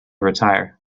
retire